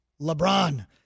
LeBron